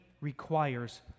requires